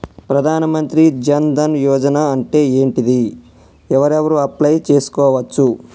ప్రధాన మంత్రి జన్ ధన్ యోజన అంటే ఏంటిది? ఎవరెవరు అప్లయ్ చేస్కోవచ్చు?